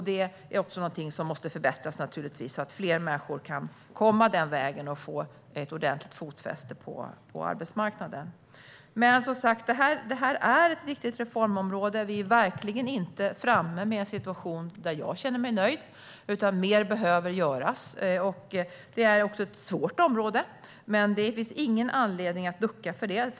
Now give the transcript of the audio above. Det här är någonting som naturligtvis måste förbättras så att fler människor kan komma in den vägen och få ordentligt fotfäste på arbetsmarknaden. Som sagt, det här är ett viktigt reformområde. Vi är verkligen inte framme vid en situation som jag känner mig nöjd med, utan mer behöver göras. Det är också ett svårt område, men det finns ingen anledning att ducka för det.